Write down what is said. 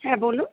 হ্যাঁ বলুন